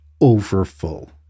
overfull